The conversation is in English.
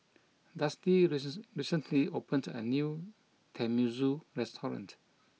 Dusty resist recently opened a new Tenmusu restaurant